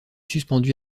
suspendu